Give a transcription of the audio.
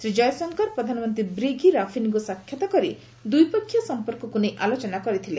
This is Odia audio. ଶ୍ରୀ ଜୟଶଙ୍କର ପ୍ରଧାନମନ୍ତ୍ରୀ ବ୍ରିଗି ରାଫିନିଙ୍କୁ ସାକ୍ଷାତ କରି ଦ୍ୱିପକ୍ଷୀୟ ସମ୍ପର୍କକ୍ତ ନେଇ ଆଲୋଚନା କରିଥିଲେ